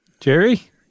Jerry